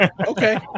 Okay